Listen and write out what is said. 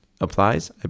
applies